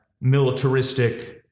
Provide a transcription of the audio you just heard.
militaristic